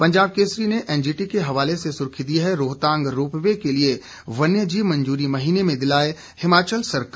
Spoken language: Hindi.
पंजाब केसरी ने एनजीटी के हवाले से सुर्खी दी है रोहतांग रोपवे के लिए वन्य जीव मंजूरी महीने में दिलाए हिमाचल सरकार